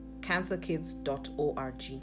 cancerkids.org